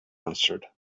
answered